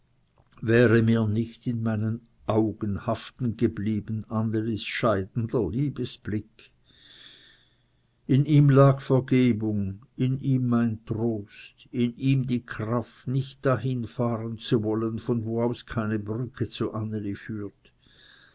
wäre mir nicht in meinen augen haften geblieben annelis scheidender liebesblick in ihm lag vergebung in ihm mein trost in ihm die kraft nicht dahin fahren zu wollen von wo aus keine brücke zu anneli führt